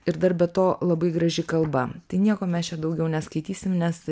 ir dar be to labai graži kalba tai nieko mes čia daugiau neskaitysim nes